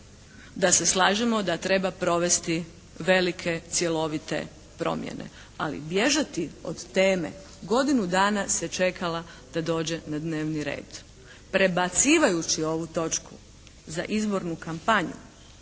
da se slažemo da treba provesti velike cjelovite promjene. Ali bježati od teme, godinu dana se čekalo da dođe na dnevni red. Prebacivajući ovu točku za izbornu kampanju